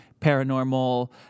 paranormal